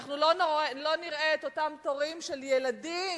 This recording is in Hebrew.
אנחנו לא נראה את אותם תורים של ילדים,